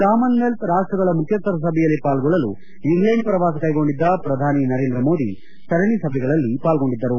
common wealth ರಾಷ್ಲಗಳ ಮುಖ್ಯಸ್ವರ ಸಭೆಯಲ್ಲಿ ಪಾಲ್ಗೊಳ್ಳಲು ಇಂಗ್ಲೇಂಡ್ ಪ್ರವಾಸ ಕೈಗೊಂಡಿದ್ದ ಪ್ರಧಾನಿ ನರೇಂದ್ರಮೋದಿ ಸರಣಿ ಸಭೆಗಳಲ್ಲಿ ಪಾಲ್ಗೊಂಡಿದ್ದರು